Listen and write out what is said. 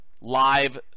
live